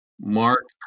Mark